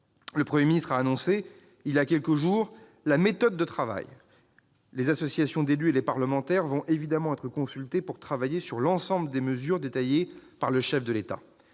Le Premier ministre a annoncé, il y a quelques jours, la méthode de travail qui serait suivie. Les associations d'élus et les parlementaires vont évidemment être consultés pour travailler sur l'ensemble des mesures détaillées par le chef de l'État.